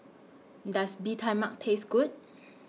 Does Bee Tai Mak Taste Good